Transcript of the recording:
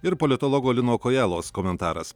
ir politologo lino kojalos komentaras